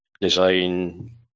design